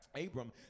Abram